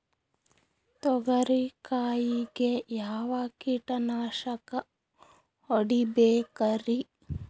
ತೊಗರಿ ಕಾಯಿಗೆ ಯಾವ ಕೀಟನಾಶಕ ಹೊಡಿಬೇಕರಿ?